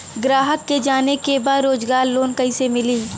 ग्राहक के जाने के बा रोजगार लोन कईसे मिली?